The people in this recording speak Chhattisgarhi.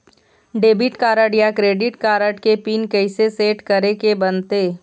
डेबिट कारड या क्रेडिट कारड के पिन कइसे सेट करे के बनते?